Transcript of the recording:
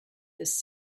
this